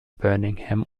birmingham